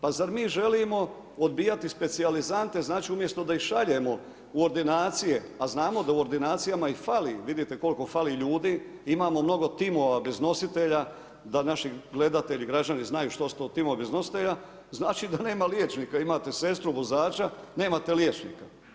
Pa zar mi želimo odbijati specijalizante, znači umjesto da ih šaljemo u ordinacije, a znamo da u ordinacijama ih fali, a vidite koliko fali ljudi, imamo mnogo timova bez nositelja, da naši gledatelji građani znaju što su to timovi iznositelja, znači da nema liječnika, imate sestru vozača, nemate liječnika.